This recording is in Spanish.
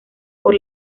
por